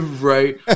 Right